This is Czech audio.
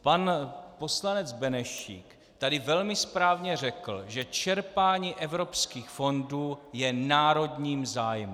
Pan poslanec Benešík tady velmi správně řekl, že čerpání evropských fondů je národním zájmem.